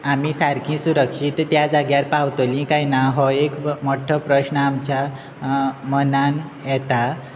आमी सारकी सुरक्षीत त्या जाग्यार पावतली काय ना हो एक मोठो प्रस्न आमच्या मनान येता